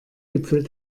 gipfel